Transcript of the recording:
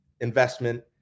investment